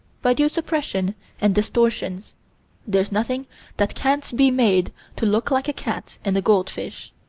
by due suppressions and distortions there's nothing that can't be made to look like a cat and a goldfish.